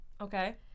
Okay